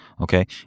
okay